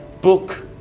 Book